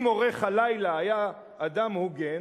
אם עורך הלילה היה אדם הוגן,